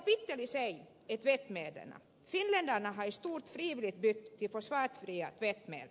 finländarna har i stort frivilligt bytt till fosfatfria tvättmedel